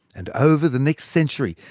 and over the next century,